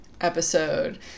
episode